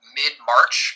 mid-March